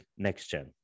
NextGen